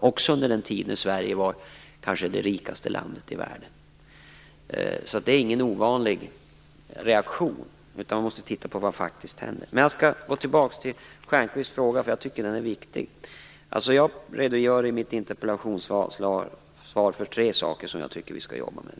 också under den tid då Sverige var det kanske rikaste landet i världen. Så det är inte någon ovanlig reaktion, utan man måste titta på vad som faktiskt händer. Jag skall gå tillbaka till Stjernkvists fråga. Jag tycker att den är viktig. Jag redogör i mitt interpellationssvar för tre saker som jag tycker att vi skall jobba med.